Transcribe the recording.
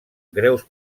greus